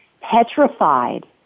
petrified